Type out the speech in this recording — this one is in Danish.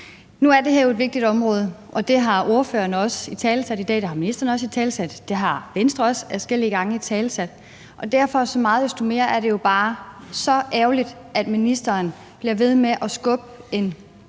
Nu er det her jo et vigtigt område, det har ordførererne også italesat i dag, det har ministeren også italesat, det har Venstre også italesat adskillige gange, og så meget desto mere er det jo bare så ærgerligt, at ministeren bliver ved med at skubbe en